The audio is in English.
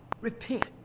Repent